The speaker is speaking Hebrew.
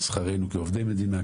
שכרנו כעובדי מדינה,